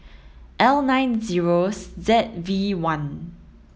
L nine zeros Z V one